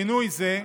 שינוי זה,